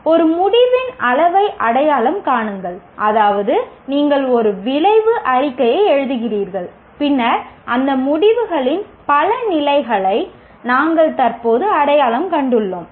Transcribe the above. ஒரு முடிவின் அளவை அடையாளம் காணுங்கள் அதாவது நீங்கள் ஒரு விளைவு அறிக்கையை எழுதுகிறீர்கள் பின்னர் அந்த முடிவுகளின் பல நிலைகளை நாங்கள் தற்போது அடையாளம் கண்டுள்ளோம்